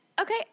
okay